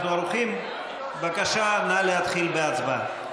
בבקשה, נא להתחיל בהצבעה.